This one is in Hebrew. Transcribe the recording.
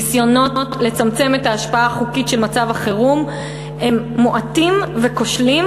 ניסיונות לצמצם את ההשפעה החוקית של מצב החירום הם מועטים וכושלים,